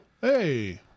Hey